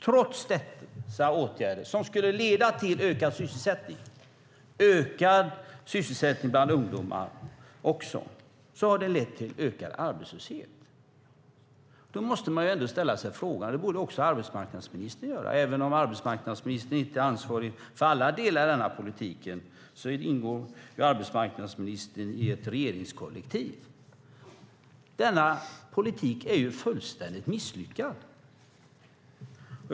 Trots att dessa åtgärder skulle leda till ökad sysselsättning också bland ungdomar har de lett till ökad arbetslöshet. Då måste man ställa sig en fråga, och det borde också arbetsmarknadsministern göra. Även om arbetsmarknadsministern inte är ansvarig för alla delar av denna politik, ingår arbetsmarknadsministern i ett regeringskollektiv. Denna politik är fullständigt misslyckad.